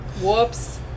Whoops